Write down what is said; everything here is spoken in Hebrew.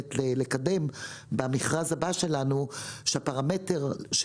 מתכוונת לקדם במכרז הבא שלנו - כך שהפרמטר של